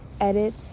edit